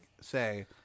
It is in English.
say